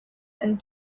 and